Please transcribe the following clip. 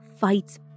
fights